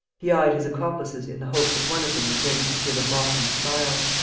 he eyed his accomplices in the hope that one of them would venture to give a mocking smile.